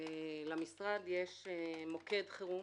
למשרד יש מוקד חירום.